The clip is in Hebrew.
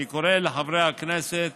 אני קורא לחברי הכנסת